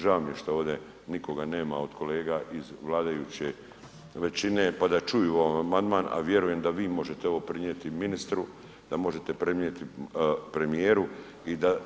Žao mi je što ovdje nikoga nema od kolega iz vladajuće većine pa da čuju amandmana, a vjerujem da vi možete ovo prenijeti ministru, da možete prenijeti premijeru i da